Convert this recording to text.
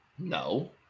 No